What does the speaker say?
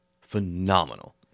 phenomenal